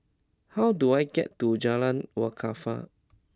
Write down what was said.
how do I get to Jalan Wakaff